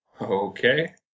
Okay